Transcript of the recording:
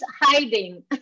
hiding